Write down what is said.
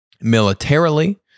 Militarily